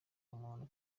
umuntu